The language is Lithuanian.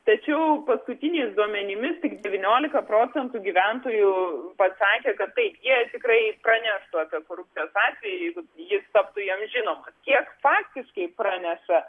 tačiau paskutiniais duomenimis tik devyniolika procentų gyventojų pasakė kad taip jie tikrai praneštų apie korupcijos atvejį jeigu jis taptų jam žinomas kiek faktiškai praneša